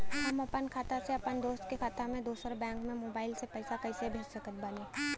हम आपन खाता से अपना दोस्त के खाता मे दोसर बैंक मे मोबाइल से पैसा कैसे भेज सकत बानी?